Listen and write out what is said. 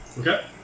Okay